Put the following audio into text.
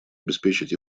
обеспечить